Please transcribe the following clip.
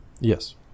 Yes